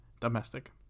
domestic